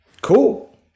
Cool